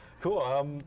Cool